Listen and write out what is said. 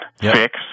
fix